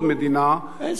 אין סודות מדינה.